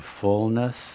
fullness